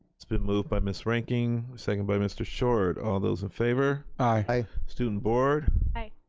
it's been moved by miss reinking, second by mr. short. all those in favor. aye. student board? aye.